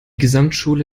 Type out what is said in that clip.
gesamtschule